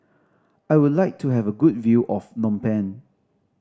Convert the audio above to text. I would like to have a good view of Phnom Penh